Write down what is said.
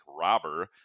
robber